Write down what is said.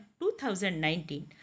2019